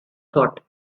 thought